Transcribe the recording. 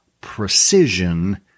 precision